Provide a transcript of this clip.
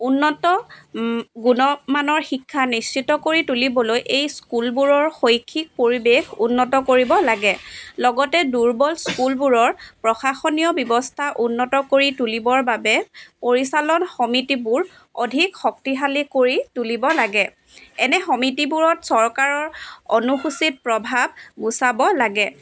উন্নত গুণমানৰ শিক্ষা নিশ্চিত কৰি তুলিবলৈ এই স্কুলবোৰৰ শৈক্ষিক পৰিৱেশ উন্নত কৰিব লাগে লগতে দুৰ্বল স্কুলবোৰৰ প্ৰশাসনীয় ব্যৱস্থা উন্নত কৰি তুলিবৰ বাবে পৰিচালন সমিতিবোৰ অধিক শক্তিশালী কৰি তুলিব লাগে এনে সমিতিবোৰত চৰকাৰৰ অনুসুচিত প্ৰভাৱ গুচাব লাগে